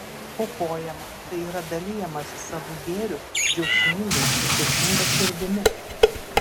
aukojama tai yra dalijamasi savu gėriu džiaugsmingai ir dėkinga širdimi